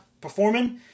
performing